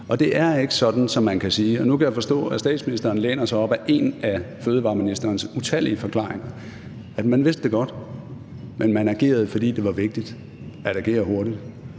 at lov er lov, og at lov skal holdes. Nu kan jeg forstå, at statsministeren læner sig op ad en af fødevareministerens utallige forklaringer: at man godt vidste det, men at man agerede, fordi det var vigtigt at agere hurtigt.